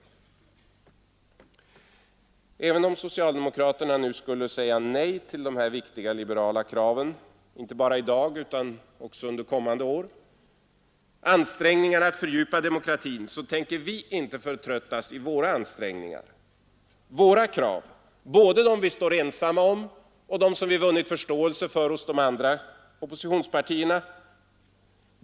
Även om socialdemokraterna skulle säga nej inte bara i dag utan också under kommande år till viktiga liberala krav, till ansträngningarna att fördjupa demokratin, så kommer vi inte att förtröttas i våra ansträngningar. Vi kommer att arbeta för våra krav, både dem som vi står ensamma om och dem som vi vunnit förståelse för hos de andra oppositionspartierna.